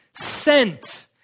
sent